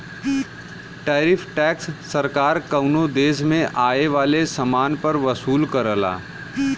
tariff tax सरकार कउनो देश में आये वाले समान पर वसूल करला